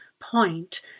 point